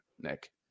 Nick